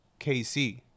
KC